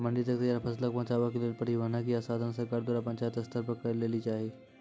मंडी तक तैयार फसलक पहुँचावे के लेल परिवहनक या साधन सरकार द्वारा पंचायत स्तर पर करै लेली चाही?